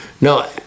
No